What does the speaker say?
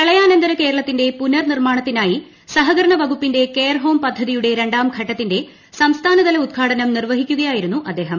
പ്രളയാനന്തര കേരളത്തിന്റെ പുനർനിർമാണത്തി നായി സഹകരണ വകുപ്പിന്റെ കെയർ ഹോം പദ്ധതിയുടെ രണ്ടാം ഘട്ടത്തിന്റെ സംസ്ഥാനതല ഉദ്ഘാടനം നിർവഹി ക്കുകയായിരുന്നു അദ്ദേഹം